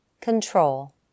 control